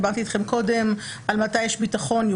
דיברתי איתכם קודם על מתי איש ביטחון כן